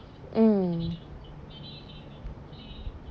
mm